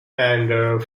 and